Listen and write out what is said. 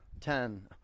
ten